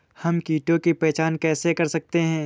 हम कीटों की पहचान कैसे कर सकते हैं?